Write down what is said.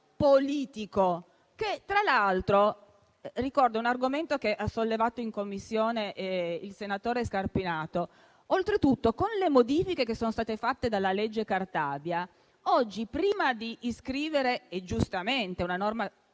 politico. Tra l'altro, ricordando un argomento che ha sollevato in Commissione il senatore Scarpinato, con le modifiche che sono state fatte dalla legge Cartabia, oggi prima di iscrivere - giustamente, è una norma